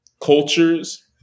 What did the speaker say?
cultures